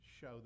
show